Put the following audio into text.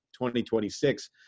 2026